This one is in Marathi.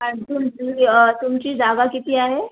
अजून तु तुमची जागा किती आहे